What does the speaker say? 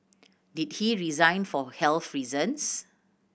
did he resign for health reasons